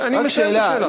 רק שאלה.